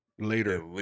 later